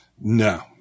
No